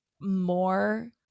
more